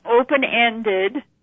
open-ended